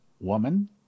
woman